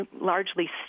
largely